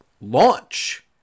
launch